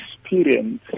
experience